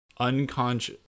Unconscious